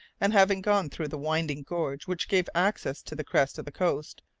and having gone through the winding gorge which gave access to the crest of the coast,